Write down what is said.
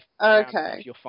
Okay